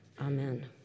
Amen